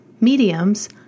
mediums